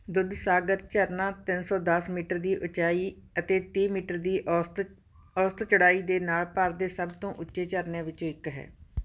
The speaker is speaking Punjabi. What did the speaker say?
ਦੁੱਧ ਸਾਗਰ ਝਰਨਾ ਤਿੰਨ ਸੌ ਦਸ ਮੀਟਰ ਦੀ ਉਚਾਈ ਅਤੇ ਤੀਹ ਮੀਟਰ ਦੀ ਔਸਤ ਔਸਤ ਚੌੜਾਈ ਦੇ ਨਾਲ ਭਾਰਤ ਦੇ ਸਭ ਤੋਂ ਉੱਚੇ ਝਰਨਿਆਂ ਵਿੱਚੋਂ ਇੱਕ ਹੈ